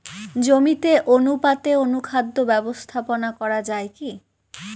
জমিতে অনুপাতে অনুখাদ্য ব্যবস্থাপনা করা য়ায় কি?